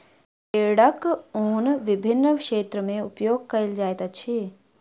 भेड़क ऊन विभिन्न क्षेत्र में उपयोग कयल जाइत अछि